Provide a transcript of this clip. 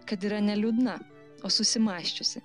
kad yra ne liūdna o susimąsčiusi